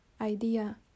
idea